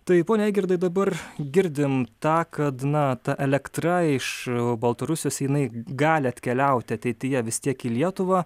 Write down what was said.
tai pone eigirdai dabar girdim tą kad na ta elektra iš baltarusijos jinai gali atkeliauti ateityje vis tiek į lietuvą